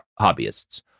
hobbyists